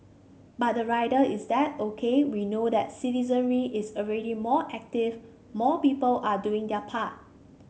but the rider is that OK we know that citizenry is already more active more people are doing their part